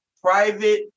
Private